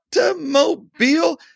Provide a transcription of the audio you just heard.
automobile